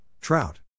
trout